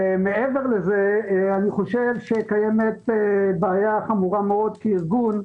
מעבר לזה, קיימת בעיה חמורה מאוד כארגון.